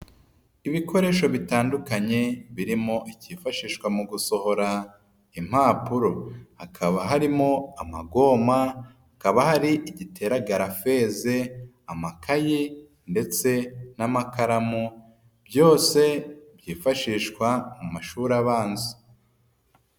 Ibikoresho bitandukanye, birimo ikifashishwa mu gusohora impapuro, hakaba harimo amagoma, hakaba hari igitera garafeza, amakayi ndetse n'amakaramu, byose byifashishwa mu mashuri abanza.